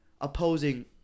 opposing